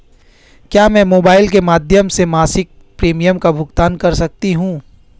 क्या मैं मोबाइल के माध्यम से मासिक प्रिमियम का भुगतान कर सकती हूँ?